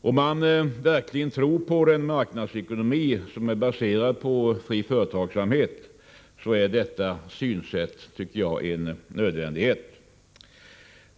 Om man tror på en marknadsekonomi uppbyggd på fri företagsamhet är detta synsätt en nödvändighet.